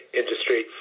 industry